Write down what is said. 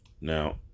Now